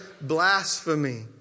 blasphemy